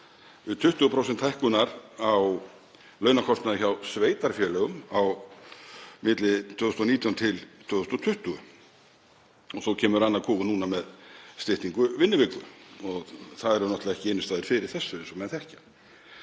til 20% hækkunar á launakostnaði hjá sveitarfélögum á milli 2019–2020. Svo kemur annar kúfur núna með styttingu vinnuviku. Það eru náttúrlega ekki innstæður fyrir þessu eins og menn þekkja.